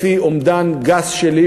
לפי אומדן גס שלי,